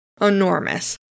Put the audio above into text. enormous